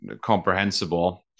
comprehensible